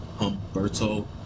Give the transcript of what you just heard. Humberto